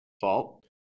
fault